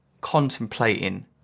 contemplating